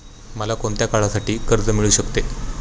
मला कोणत्या काळासाठी कर्ज मिळू शकते?